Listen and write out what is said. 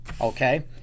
okay